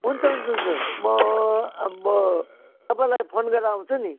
हुन्छ हुन्छ हुन्छ म अब तपाईँलाई फोन गरेर आउँछु नि